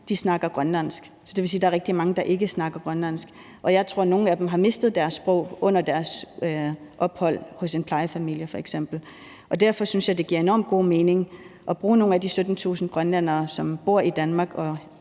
snakker grønlandsk. Det vil sige, at der er rigtig mange, der ikke snakker grønlandsk. Og jeg tror, at nogle af dem har mistet deres sprog under deres ophold hos en plejefamilie f.eks. Derfor synes jeg, at det giver enormt god mening at bruge nogle af de 17.000 grønlændere, som bor i Danmark –